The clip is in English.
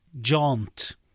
jaunt